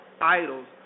idols